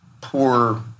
poor